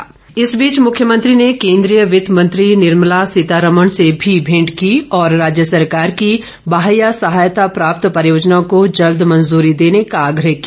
आग्रह इस बीच मुख्यमंत्री ने केन्द्रीय वित्त मंत्री निर्मला सीतारमण से भी भेंट की और राज्य सरकार की बाह्य सहायता प्राप्त परियोजनाओं को जल्द मंजूरी देने का आग्रह किया